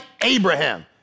Abraham